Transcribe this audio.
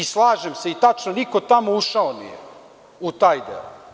I slažem se, tačno, niko tamo ušao nije u taj deo.